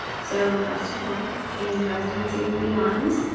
so best of luck in residency and beyond.